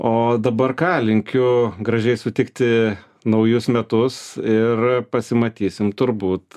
o dabar ką linkiu gražiai sutikti naujus metus ir pasimatysim turbūt